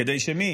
כדי שמי